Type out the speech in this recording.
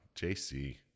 JC